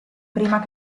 prima